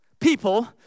people